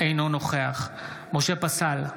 אינו נוכח משה פסל,